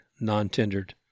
non-tendered